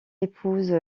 épouse